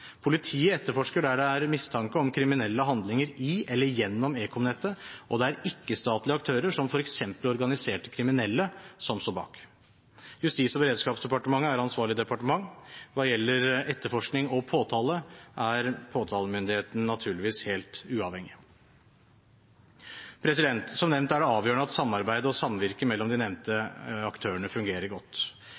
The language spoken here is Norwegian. Politiet etterforsker der det er mistanke om kriminelle handlinger i eller gjennom ekomnettet, og der det er ikke-statlige aktører, som f.eks. organiserte kriminelle, som står bak. Justis- og beredskapsdepartementet er ansvarlig departement. Hva gjelder etterforskning og påtale, er påtalemyndigheten naturligvis helt uavhengig. Som nevnt er det avgjørende at samarbeid og samvirke mellom de nevnte aktørene fungerer godt.